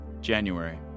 January